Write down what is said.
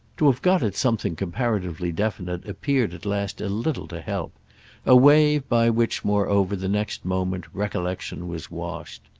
to have got at something comparatively definite appeared at last a little to help a wave by which moreover, the next moment, recollection was washed.